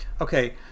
Okay